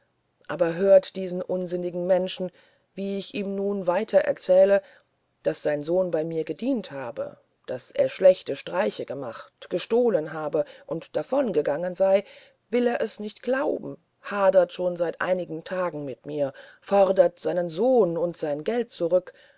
aber hört diesen unsinnigen menschen wie ich ihm nun weiter erzählte daß sein sohn bei mir gedient habe daß er schlechte streiche macht gestohlen habe und davongegangen sei will er es nicht glauben hadert schon seit einigen tagen mit mir fodert seinen sohn und sein geld zurück